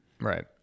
Right